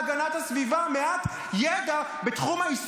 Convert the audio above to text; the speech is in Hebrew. חלאס עם צמיגים בוערים.